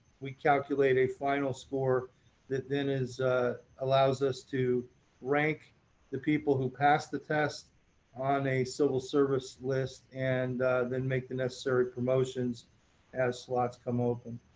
we calculate a final score that then is allows us to rank the people who pass the test on a civil service list and then make the necessary promotions as slots come open.